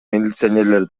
милиционерлер